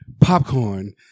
popcorn